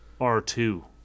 R2